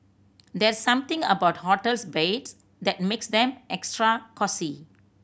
there's something about hotels beds that makes them extra cosy